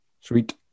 Sweet